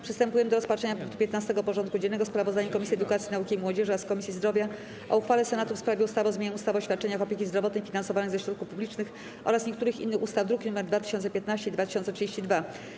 Przystępujemy do rozpatrzenia punktu 15. porządku dziennego: Sprawozdanie Komisji Edukacji, Nauki i Młodzieży oraz Komisji Zdrowia o uchwale Senatu w sprawie ustawy o zmianie ustawy o świadczeniach opieki zdrowotnej finansowanych ze środków publicznych oraz niektórych innych ustaw (druki nr 2015 i 2032)